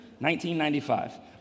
1995